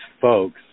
folks